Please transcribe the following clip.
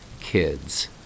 kids